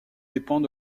dépend